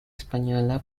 española